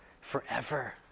forever